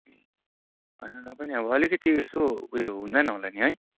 होइन र पनि अब अलिकति यसो उयो हुँदैन होला नि है